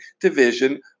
division